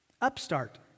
upstart